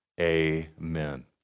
Amen